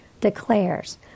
declares